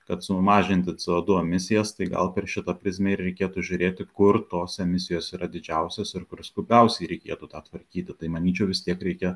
kad sumažinti c o du emisijas tai gal per šitą prizmę ir reikėtų žiūrėti kur tos emisijos yra didžiausios ir kur skubiausiai reikėtų tą tvarkyti tai manyčiau vis tiek reikia